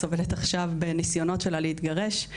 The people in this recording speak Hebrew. היא סובלת עכשיו בניסיונות שלה להתגרש.